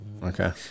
Okay